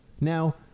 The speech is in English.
Now